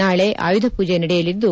ನಾಳೆ ಆಯುಧ ಪೂಜೆ ನಡೆಯಲಿದ್ದು